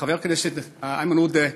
חבר הכנסת איימן עודה,